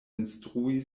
instrui